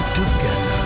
together